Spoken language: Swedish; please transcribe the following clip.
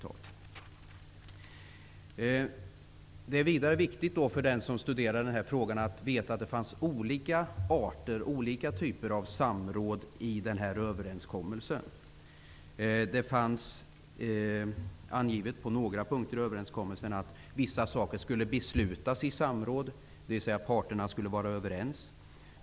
För den som studerar den här frågan är det viktigt att veta att det fanns olika typer av samråd i den här överenskommelsen. Det fanns angivet på några punkter i överenskommelsen att vissa saker skulle det fattas beslut om i samråd, dvs. parterna skulle vara överens.